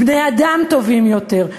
בני-אדם טובים יותר.